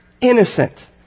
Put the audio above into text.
innocent